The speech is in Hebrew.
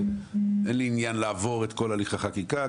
אין לי עניין לעבור את כל הליך החקיקה.